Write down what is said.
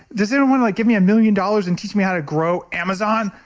does anyone like give me a million dollars and teach me how to grow amazon?